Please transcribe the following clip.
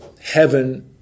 heaven